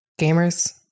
Gamers